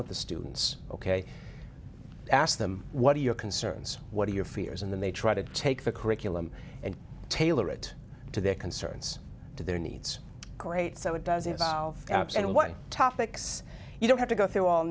with the students ok ask them what are your concerns what are your fears and then they try to take the curriculum and tailor it to their concerns to their needs great so it does evolve and what topics you don't have to go through all